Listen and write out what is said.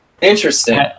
Interesting